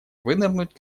вынырнуть